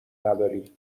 نداری